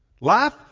Life